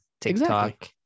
tiktok